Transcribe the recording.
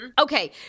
Okay